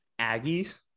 Aggies